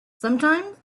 sometimes